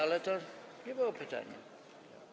Ale to nie było pytanie.